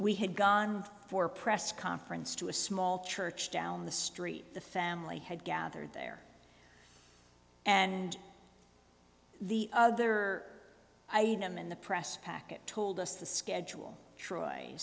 we had gone for a press conference to a small church down the street the family had gathered there and the other item in the press packet told us the schedule troy